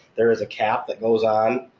there is a cap that goes on.